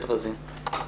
בבקשה.